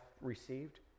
received